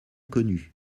connu